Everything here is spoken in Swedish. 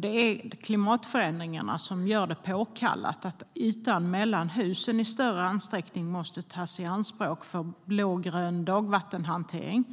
Det är klimatförändringarna som påkallar att ytan mellan husen i större utsträckning tas i anspråk för blågrön dagvattenhantering